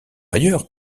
ailleurs